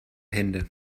hände